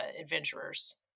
adventurers